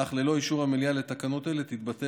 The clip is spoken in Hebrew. אך ללא אישור המליאה לתקנות אלה תתבטל